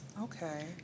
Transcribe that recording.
Okay